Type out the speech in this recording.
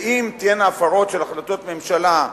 ואם תהיינה הפרות של החלטות הממשלה,